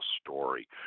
story